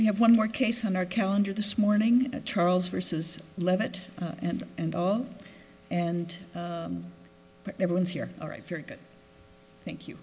we have one more case on our calendar this morning charles versus leavitt and end all and everyone's here all right very good thank you